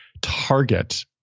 target